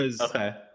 Okay